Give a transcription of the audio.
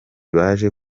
baje